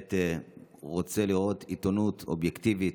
שבאמת רוצה לראות עיתונות אובייקטיבית,